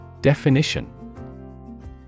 Definition